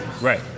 right